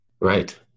Right